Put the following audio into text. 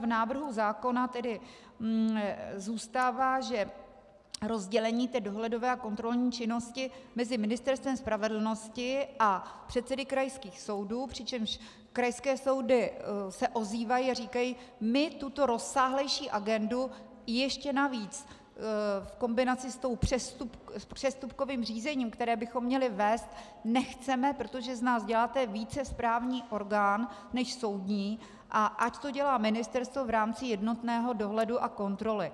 V návrhu zákona tedy zůstává, že rozdělení dohledové a kontrolní činnosti mezi Ministerstvem spravedlnosti a předsedy krajských soudů, přičemž krajské soudy se ozývají a říkají, my tuto rozsáhlejší agendu ještě navíc v kombinaci s přestupkovým řízením, které bychom měly vést, nechceme, protože z nás děláte více správní orgán než soudní, a ať to dělá Ministerstvo v rámci jednotného dohledu a kontroly.